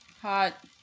Hot